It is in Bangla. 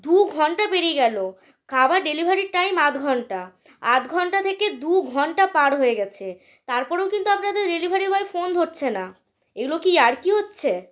দু ঘন্টা পেরিয়ে গেল খাবার ডেলিভারির টাইম আধ ঘন্টা আধ ঘন্টা থেকে দু ঘন্টা পার হয়ে গেছে তারপরেও কিন্তু আপনাদের ডেলিভারি বয় ফোন ধরছে না এগুলো কি ইয়ার্কি হচ্ছে